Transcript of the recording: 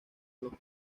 los